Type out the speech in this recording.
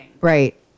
right